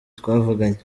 twavuganye